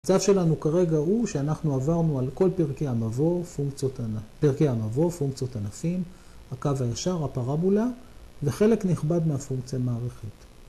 ‫המצב שלנו כרגע הוא שאנחנו עברנו ‫על כל פרקי המבוא, פונקציות ענפים, ‫הקו הישר, הפרבולה, ‫וחלק נכבד מהפונקציה המערכית.